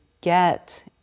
get